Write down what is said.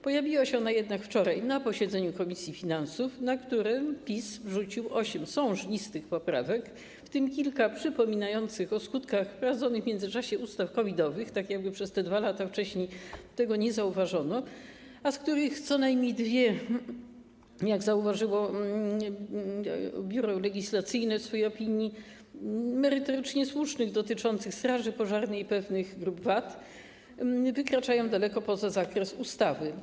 Pojawiła się ona jednak wczoraj na posiedzeniu komisji finansów, na którym PiS wrzucił osiem sążnistych poprawek, w tym kilka przypominających o skutkach wprowadzonych w międzyczasie ustaw COVID-owych, tak jakby przez te 2 lata wcześniej tego nie zauważono, a z których co najmniej dwie, jak zauważyło Biuro Legislacyjne w swojej opinii, merytorycznie słuszne, dotyczące straży pożarnej i pewnych grup VAT, wykraczają daleko poza zakres ustawy.